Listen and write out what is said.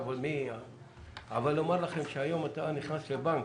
אבל היום אתה נכנס לבנק,